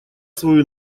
свою